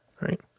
Right